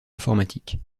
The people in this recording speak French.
informatique